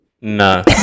No